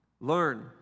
Learn